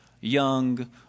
young